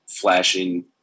flashing